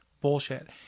Bullshit